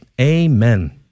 Amen